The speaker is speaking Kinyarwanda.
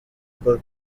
paul